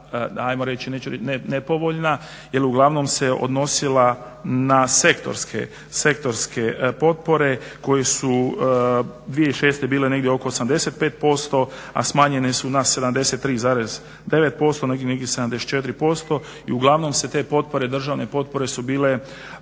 je bila nepovoljna jer uglavnom se donosila na sektorske potpore koje su 2006.bile negdje oko 85%, a smanjene su na 73,9% nekih 74% i uglavnom se te državne potpore su bile